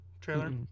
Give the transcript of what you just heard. trailer